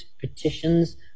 petitions